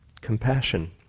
compassion